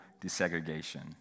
desegregation